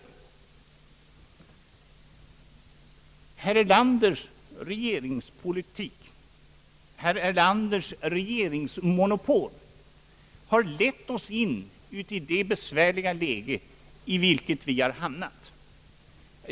Herr Erlanders regeringspolitik, herr Erlanders regeringsmonopol har lett oss in i det besvärliga läge i vilket vi har hamnat.